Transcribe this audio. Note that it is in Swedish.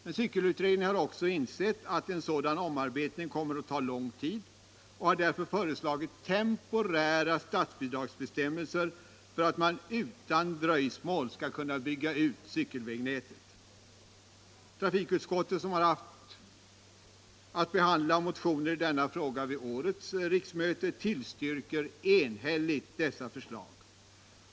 Men utredningen har också insett att en sådan omarbetning kommer att ta lång tid och har därför föreslagit temporära statsbidragsbestämmelser för att man utan dröjsmål skall kunna bygga ut cykelvägniätet. Trafikutskottet, som haft att behandla motioner i denna fråga vid årets riksmöte, tillstyrker enhälligt dessa förslag.